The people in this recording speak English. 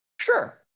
Sure